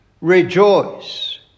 rejoice